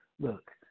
look